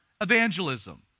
evangelism